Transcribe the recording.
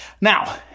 now